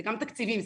גם תקציבים,